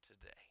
today